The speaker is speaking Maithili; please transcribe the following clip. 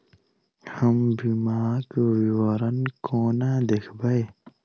हम बीमाक विवरण कोना देखबै?